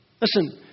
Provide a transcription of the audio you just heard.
Listen